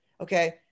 Okay